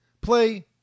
play